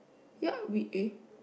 ya we eh